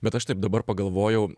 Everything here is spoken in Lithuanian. bet aš taip dabar pagalvojau